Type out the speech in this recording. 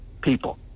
people